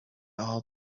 all